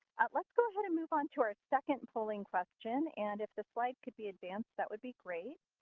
let's go ahead and move on to our second polling question, and if the slide could be advanced, that would be great.